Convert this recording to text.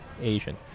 Asian